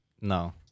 No